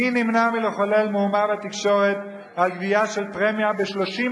מי נמנע מלחולל מהומה בתקשורת על גבייה של פרמיה גבוהה